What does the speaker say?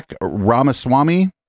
Ramaswamy